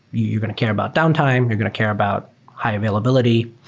you're you're going to care about downtime. you're going to care about high availability.